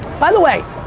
by the way,